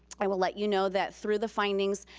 i will let you know that through the findings,